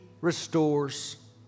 restores